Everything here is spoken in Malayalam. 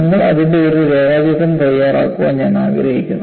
നിങ്ങൾ അതിന്റെ ഒരു രേഖാചിത്രം തയ്യാറാക്കാൻ ഞാൻ ആഗ്രഹിക്കുന്നു